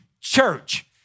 church